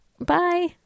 Bye